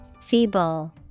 Feeble